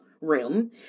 Room